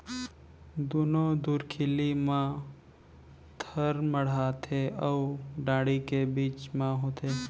दुनो धुरखिली म थर माड़थे अउ डांड़ी के बीच म होथे